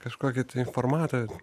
kažkokį tai formatą